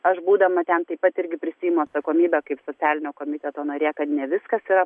aš būdama ten taip pat irgi prisiimu atsakomybę kaip socialinio komiteto narė kad ne viskas yra